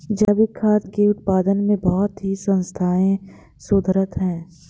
जैविक खाद्य के उत्पादन में बहुत ही संस्थाएं शोधरत हैं